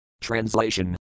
Translation